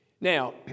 Now